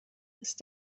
ist